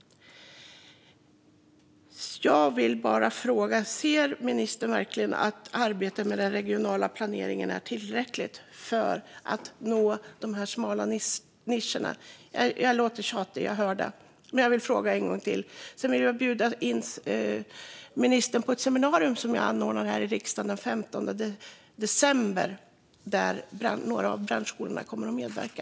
Jag vill bara fråga: Ser ministern verkligen att arbetet med den regionala planeringen är tillräckligt för att nå de smala nischerna? Jag hör att jag låter tjatig, men jag vill ändå fråga en gång till. Jag vill också bjuda in ministern till ett seminarium som jag anordnar här i riksdagen den 15 december, där några av branschskolorna kommer att medverka.